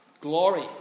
glory